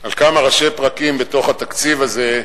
על כמה ראשי פרקים בתוך התקציב הזה,